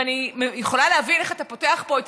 ואני יכולה להבין איך אתה פותח פה את